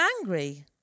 angry